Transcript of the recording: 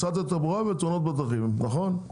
משרד התחבורה ותאונות בדרכים, נכון?